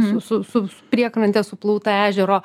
su su su priekrantė suplauta ežero